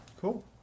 Cool